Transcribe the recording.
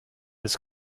his